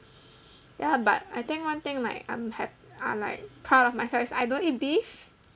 ya but I think one thing like I'm ha~ I'm like proud of myself is I don't eat beef